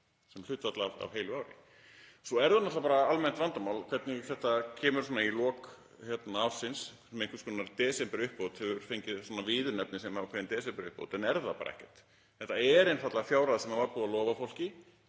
sem hlutfall af heilu ári. Svo er það náttúrlega almennt vandamál hvernig þetta kemur svona í lok ársins sem einhvers konar desemberuppbót, hefur fengið viðurnefnið ákveðin desemberuppbót en er það bara ekkert. Þetta er einfaldlega fjárhæð sem var búið að lofa fólki,